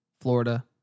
Florida